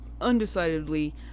undecidedly